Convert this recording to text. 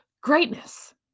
greatness